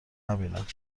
نبینند